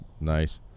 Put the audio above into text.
nice